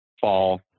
fall